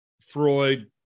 Freud